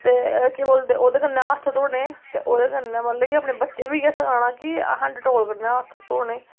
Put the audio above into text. ते केह् बोलदे ओह्दे कन्नै हत्थ धोने ते ओह्दे कन्नै अपने बच्चें गी बी इ'यै सखाना कि असें डटोल कन्नै हत्थ धोने